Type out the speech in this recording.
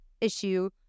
issue